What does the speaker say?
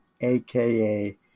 AKA